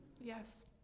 yes